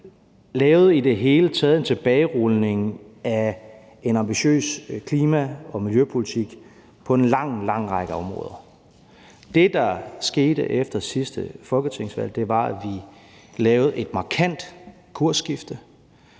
lavede i det hele taget en tilbagerulning af en ambitiøs klima- og miljøpolitik på en lang, lang række områder. Det, der skete efter sidste folketingsvalg, var, at vi lavede et markant kursskifte.